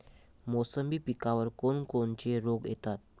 मोसंबी पिकावर कोन कोनचे रोग येतात?